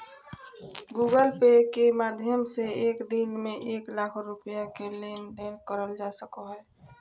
Google Pay के माध्यम से एक दिन में एक लाख रुपया के लेन देन करल जा सको हय